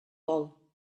vol